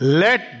let